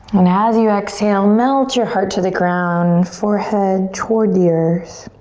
and as you exhale melt your heart to the ground forehead toward the earth.